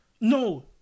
no